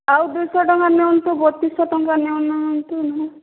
ଆଉ ଦୁଇଶହ ଟଙ୍କା ନିଅନ୍ତୁ ବତିଶ ଶହ ଟଙ୍କା ନେଉ ନାହାନ୍ତି ନହେଲେ